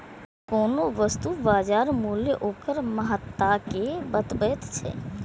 कोनो वस्तुक बाजार मूल्य ओकर महत्ता कें बतबैत छै